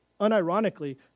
unironically